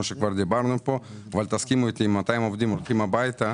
אבל אם 200 עובדים הולכים הביתה